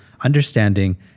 understanding